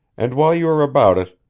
and while you are about it,